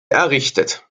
errichtet